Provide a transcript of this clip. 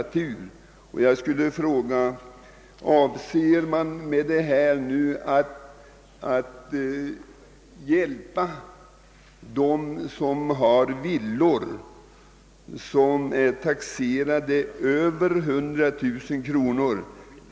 Jag undrar om man avser med detta att sväva ut över hela fältet eller inskränka sig till villor som är taxerade till mer än 100 000 kronor?